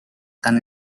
tan